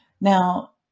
Now